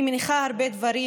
אני מניחה הרבה דברים.